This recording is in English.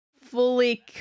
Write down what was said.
fully